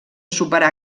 superar